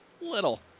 little